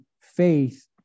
faith